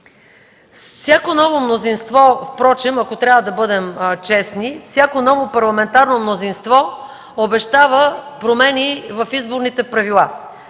Всяко ново мнозинство, ако трябва да бъдем честни, всяко ново парламентарно мнозинство обещава промени в изборните правила;